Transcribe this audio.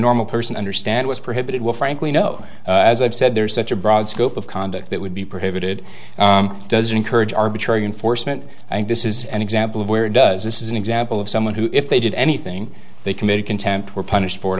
normal person understand was prohibited will frankly know as i've said there's such a broad scope of conduct that would be prohibited doesn't encourage arbitrary enforcement and this is an example of where does this is an example of someone who if they did anything they committed contempt were punished for it